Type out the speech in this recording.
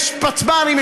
יש פצמ"רים,